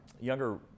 younger